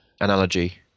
analogy